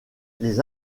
les